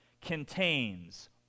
contains